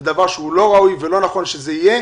זה דבר שהוא לא ראוי ולא נכון שיהיה.